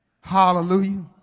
Hallelujah